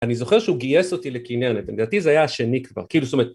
אני זוכר שהוא גייס אותי לכינרת, לדעתי זה היה השני כבר, כאילו זאת אומרת...